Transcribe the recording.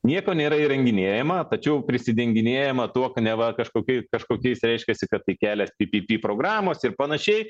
nieko nėra įrenginėjama tačiau prisidenginėjama tuo ka neva kažkoki kažkokiais reiškiasi kad tai kelias ppp programos ir panašiai